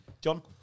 John